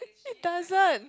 it doesn't